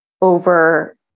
over